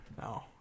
No